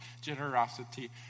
generosity